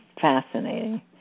fascinating